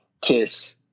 kiss